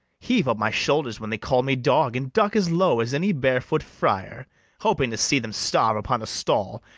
heave up my shoulders when they call me dog, and duck as low as any bare-foot friar hoping to see them starve upon a stall,